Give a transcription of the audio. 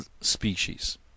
species